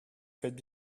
faites